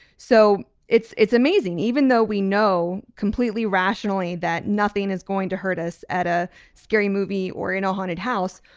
so it's it's amazing even though we know completely rationally that nothing is going to hurt us at a scary movie or you know haunted house.